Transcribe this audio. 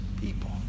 people